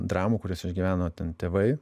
dramų kurias išgyveno ten tėvai